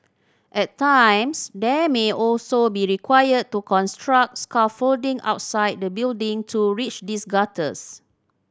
at times they may also be required to construct scaffolding outside the building to reach these gutters